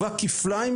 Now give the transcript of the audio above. מנכ"לית משרד החינוך,